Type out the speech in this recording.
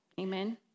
Amen